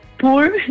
poor